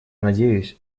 надеюсь